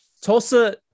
Tulsa